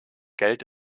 geld